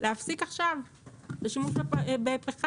להפסיק עכשיו את השימוש בפחם,